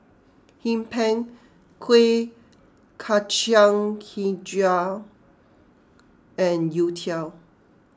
Hee Pan Kuih Kacang HiJau and Youtiao